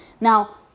Now